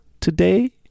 today